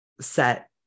set